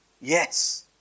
Yes